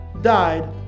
died